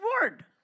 word